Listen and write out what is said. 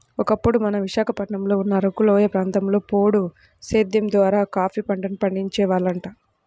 ఒకప్పుడు మన విశాఖపట్నంలో ఉన్న అరకులోయ ప్రాంతంలో పోడు సేద్దెం ద్వారా కాపీ పంటను పండించే వాళ్లంట